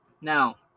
Now